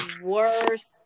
worst